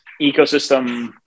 ecosystem